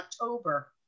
October